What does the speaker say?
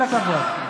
כל הכבוד.